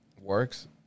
Works